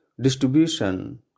distribution